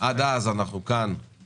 עד אז אנחנו גם בוועדה